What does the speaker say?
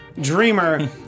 Dreamer